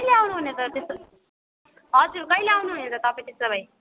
कहिले आउनुहुने त त्यसो हजुर कहिले आउनुहुने त तपाईँ त्यसोभए